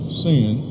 sin